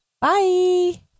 Bye